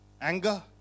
Anger